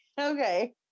okay